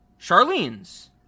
Charlene's